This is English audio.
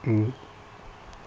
mmhmm